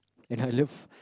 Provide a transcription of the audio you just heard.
and I love